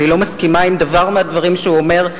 אני לא מסכימה עם דבר מהדברים שהוא אומר.